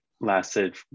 lasted